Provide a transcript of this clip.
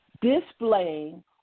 displaying